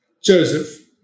Joseph